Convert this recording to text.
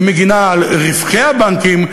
היא מגינה על רווחי הבנקים,